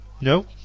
No